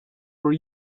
were